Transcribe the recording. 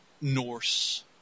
Norse